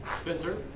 Spencer